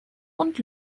und